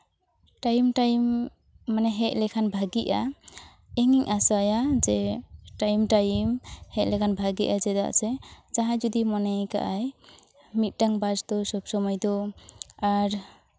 time time ᱢᱟᱱᱮ ᱦᱮᱡ ᱞᱮᱱᱠᱷᱟᱱ ᱵᱷᱟᱹᱜᱤᱜᱼᱟ ᱤᱧ ᱟᱥᱟᱭᱟ ᱡᱮ ᱴᱟᱭᱤᱢ ᱴᱟᱭᱤᱢ ᱦᱮᱡ ᱞᱮᱠᱷᱟᱱ ᱵᱷᱟᱹᱜᱤᱜᱼᱟ ᱪᱮᱫᱟᱜ ᱥᱮ ᱡᱟᱦᱟᱸᱭ ᱡᱩᱫᱤ ᱢᱚᱱᱮ ᱟᱠᱟᱫ ᱟᱭ ᱢᱤᱫᱴᱟᱱ ᱵᱟᱥ ᱫᱚ ᱥᱚᱵ ᱥᱚᱢᱚᱭ ᱫᱚ ᱟᱨ